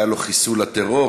היה לו חיסול הטרור,